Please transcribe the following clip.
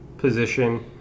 position